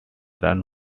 ran